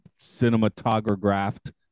cinematographed